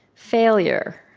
failure.